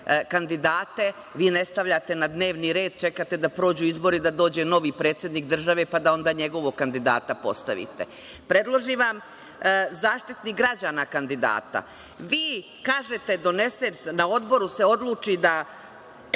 kandidate, vi ne stavljate na dnevni red, čekate da prođu izbori, da dođe novi predsednik države pa da onda njegovog kandidata postavite. Predloži vam Zaštitnik građana kandidata, na odboru se odluči da